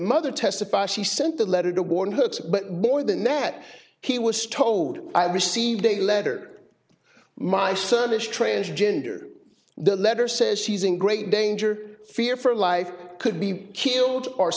mother testify she sent the letter to warn hurts but more than that he was told i received a letter my service transgender the letter says she's in great danger fear for life could be killed o